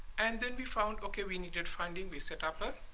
and then we found, okay, we needed funding. we set up a